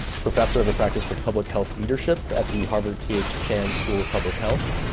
professor of the practice of public health leadership at the harvard t h. chan school of public health.